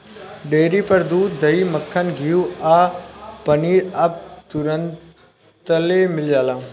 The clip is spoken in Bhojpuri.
डेरी पर दूध, दही, मक्खन, घीव आ पनीर अब तुरंतले मिल जाता